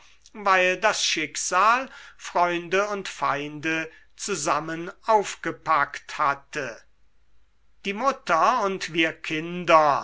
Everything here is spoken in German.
weil das schicksal freunde und feinde zusammen aufgepackt hatte die mutter und wir kinder